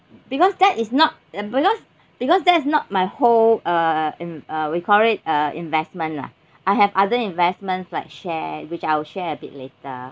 because that is not the because because that's not my whole uh in uh we call it uh investment lah I have other investments like share which I'll share a bit later